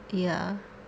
ya